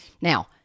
Now